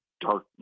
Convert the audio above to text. darkness